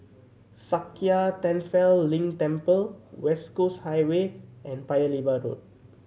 Sakya Tenphel Ling Temple West Coast Highway and Paya Lebar Road